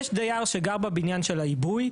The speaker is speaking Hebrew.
יש דייר שגר בבניין של העיבוי,